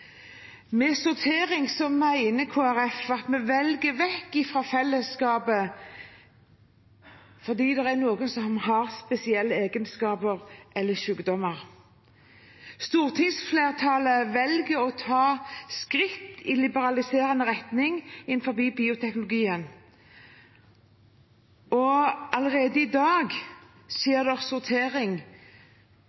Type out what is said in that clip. Med sortering mener Kristelig Folkeparti at vi velger vekk fra fellesskapet fordi det er noen som har spesielle egenskaper eller sykdommer. Stortingsflertallet velger å ta skritt i liberaliserende retning innenfor bioteknologien. Allerede i dag